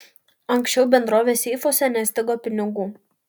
anksčiau bendrovės seifuose nestigo pinigų